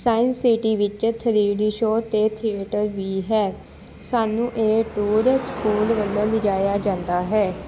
science city ਵਿੱਚ three D show ਅਤੇ theatre ਵੀ ਹੈ ਸਾਨੂੰ ਇਹ ਟੂਰ ਸਕੂਲ ਵੱਲੋਂ ਲਿਜਾਇਆ ਜਾਂਦਾ ਹੈ